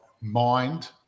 mind